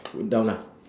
put down lah